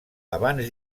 abans